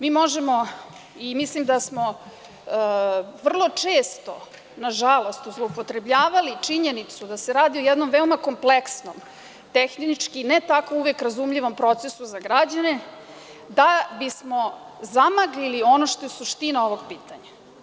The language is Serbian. Mi možemo i mislim da smo vrlo često, nažalost, zloupotrebljavali činjenicu da se radi o jednom veoma kompleksnom, tehnički ne tako uvek razumljivom, procesu za građane, da bismo zamaglili ono što je suština ovog pitanja.